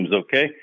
okay